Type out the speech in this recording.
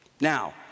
Now